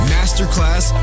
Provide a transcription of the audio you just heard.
Masterclass